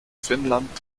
finnland